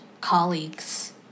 colleagues